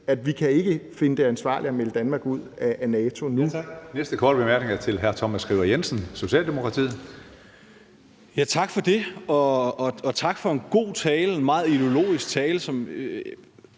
at vi ikke kan finde det ansvarligt at melde Danmark ud af NATO nu.